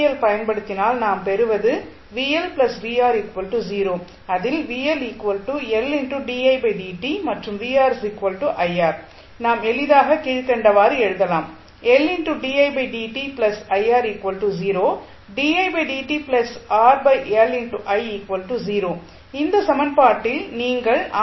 L பயன்படுத்தினால் நாம் பெறுவது அதில் மற்றும் நாம் எளிதாக கீழ் கண்டவாறு எழுதலாம் இந்த சமன்பாட்டில் நீங்கள் ஆர்